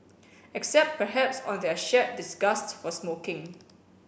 except perhaps on their shared disgust for smoking